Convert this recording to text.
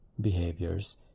behaviors